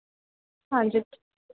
ਹਾਂਜੀ